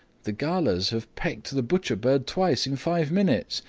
the galahs have pecked the butcher bird twice in five minutes,